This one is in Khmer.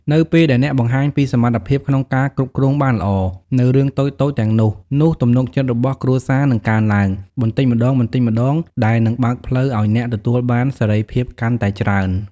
នៅពេលដែលអ្នកបង្ហាញពី សមត្ថភាពក្នុងការគ្រប់គ្រងបានល្អ នូវរឿងតូចៗទាំងនោះ នោះ ទំនុកចិត្តរបស់គ្រួសារនឹងកើនឡើង បន្តិចម្តងៗ ដែលនឹងបើកផ្លូវឲ្យអ្នកទទួលបានសេរីភាពកាន់តែច្រើន។